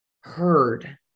heard